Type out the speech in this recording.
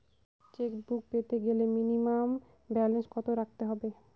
Chequebook পেতে গেলে minimum balance কত রাখতে হবে?